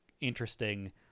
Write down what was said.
interesting